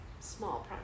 small